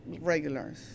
Regulars